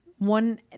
One